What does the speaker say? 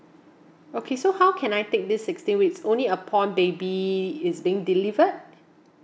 okay so how can I take this sixteen weeks only upon baby is being delivered